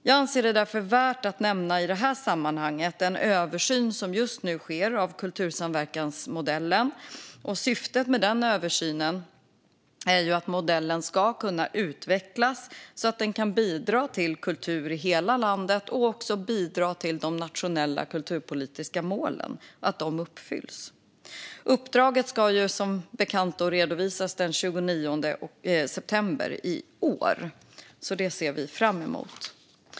Jag anser det därför värt att i sammanhanget nämna den översyn av kultursamverkansmodellen som nu pågår . Syftet med översynen är att modellen ska utvecklas så att den kan bidra till kultur i hela landet och till att de nationella kulturpolitiska målen uppfylls. Uppdraget ska, som bekant, redovisas senast den 29 september 2023. Det ser vi fram emot.